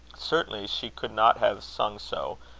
certainly she could not have sung so,